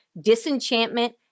disenchantment